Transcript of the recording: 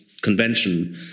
convention